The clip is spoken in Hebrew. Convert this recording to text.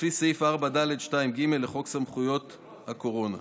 לפי סעיף 4(ד)(2)(ג) לחוק סמכויות הקורונה.